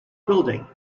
building